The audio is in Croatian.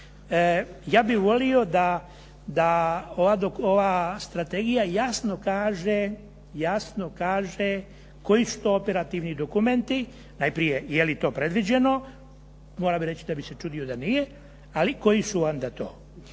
Ja bih volio da ova strategija jasno kaže koji su to operativni dokumenti, najprije je li to predviđeno? Morao bih reći, ne bih se čudio da nije, ali koji su onda to?